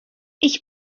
ich